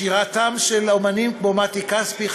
שירתם של אמנים כמו מתי כספי,